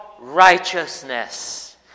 righteousness